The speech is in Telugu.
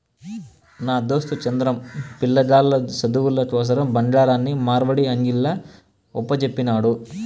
నా దోస్తు చంద్రం, పిలగాల్ల సదువుల కోసరం బంగారాన్ని మార్వడీ అంగిల్ల ఒప్పజెప్పినాడు